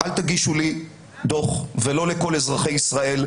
אל תגישו לי דוח ולא לכל אזרחי ישראל,